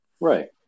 right